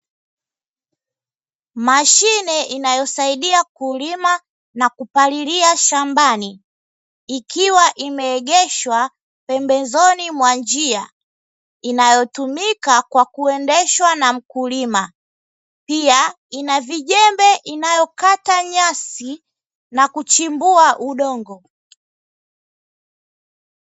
Mashine inayosaidia kulima na kupalilia shambani, ikiwa imeegeshwa pembezoni mwa njia inayotumika kwa kuendeshwa na mkulima, pia ina vijembe inayokata nyasi na kuchimbua udongo.